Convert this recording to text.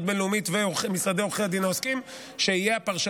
בין-לאומית ומשרדי עורכי דין העוסקים בהם,